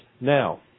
Now